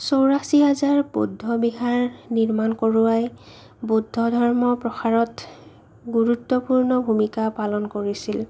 চৌৰাশী হাজাৰ বৌদ্ধবিহাৰ নিৰ্মাণ কৰোৱাই বুদ্ধ ধৰ্ম প্ৰসাৰত গুৰুত্বপূৰ্ণ ভূমিকা পালন কৰিছিল